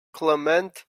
clement